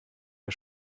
der